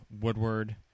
Woodward